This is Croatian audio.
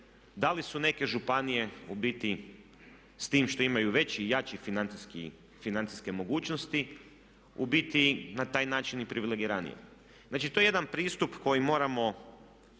da li su neke županije u biti s time što imaju veće i jače financijske mogućnosti u biti na taj način i privilegiranije. Znači to je jedan pristup koji moramo,